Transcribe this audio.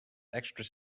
extra